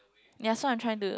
ya so I'm trying to